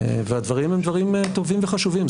והדברים הם טובים וחשובים.